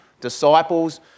disciples